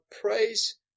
praise